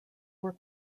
were